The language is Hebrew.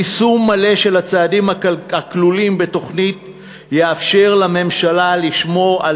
יישום מלא של הצעדים הכלולים בתוכנית יאפשר לממשלה לשמור על